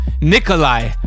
Nikolai